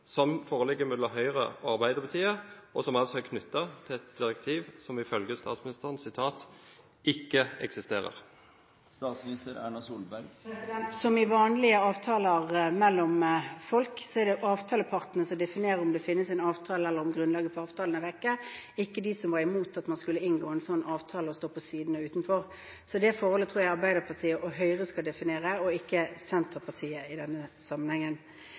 som foreligger mellom Høyre og Arbeiderpartiet, og som altså er knyttet til et direktiv som ifølge statsministeren ikke eksisterer? Som i vanlige avtaler mellom folk er det avtalepartene som definerer om det finnes en avtale, eller om grunnlaget for avtalen er vekke, ikke de som var imot at man skulle inngå en sånn avtale, og stå på siden og utenfor. Så det forholdet tror jeg Høyre og Arbeiderpartiet skal definere, ikke Senterpartiet, i denne sammenhengen.